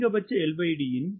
அதிகபட்ச LD யின் 86